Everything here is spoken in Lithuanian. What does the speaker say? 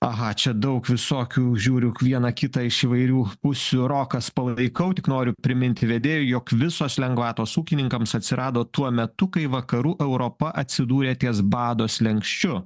aha čia daug visokių žiūriuk vieną kitą iš įvairių pusių rokas palaikau tik noriu priminti vedėjui jog visos lengvatos ūkininkams atsirado tuo metu kai vakarų europa atsidūrė ties bado slenksčiu